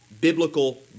biblical